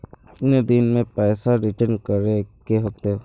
कितने दिन में पैसा रिटर्न करे के होते?